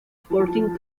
sporting